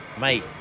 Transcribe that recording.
Mate